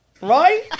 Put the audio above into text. right